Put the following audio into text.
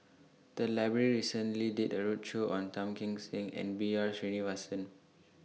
The Library recently did A roadshow on Tan Kim Seng and B R Sreenivasan